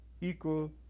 equal